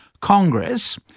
Congress